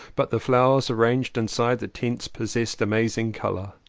but the flowers arranged inside the tents possessed amazing colour.